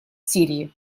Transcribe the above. сирии